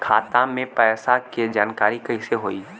खाता मे पैसा के जानकारी कइसे होई?